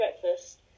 breakfast